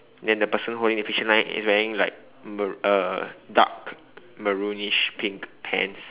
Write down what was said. then the person holding the fishing line is wearing like maroon dark maroonish pink pants